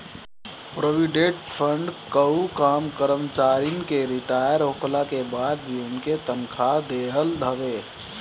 provident fund कअ काम करमचारिन के रिटायर होखला के बाद भी उनके तनखा देहल हवे